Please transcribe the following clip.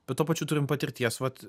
bet tuo pačiu turim patirties vat